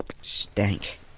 Stank